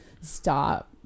stop